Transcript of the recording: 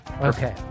Okay